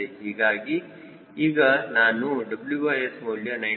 ಹೀಗಾಗಿ ಈಗ ನಾನು WS ಮೌಲ್ಯ 97